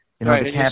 Right